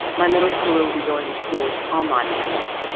my middle schooler will be going to school online this fall.